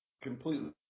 Completely